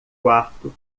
quarto